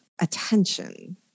attention